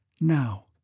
Now